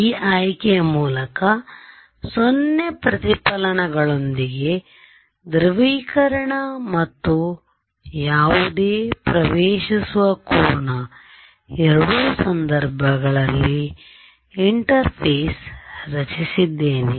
ಈ ಆಯ್ಕೆಯ ಮೂಲಕ 0 ಪ್ರತಿಫಲನಗಳೊಂದಿಗೆ ಧ್ರುವೀಕರಣ ಮತ್ತು ಯಾವುದೇ ಪ್ರವೇಷಿಸುವ ಕೋನ ಎರಡು ಸಂದರ್ಭಗಳಲ್ಲಿ ಇಂಟರ್ಫೇಸ್ ರಚಿಸಿದ್ದೇನೆ